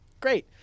Great